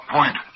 Point